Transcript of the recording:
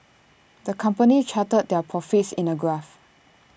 the company charted their profits in A graph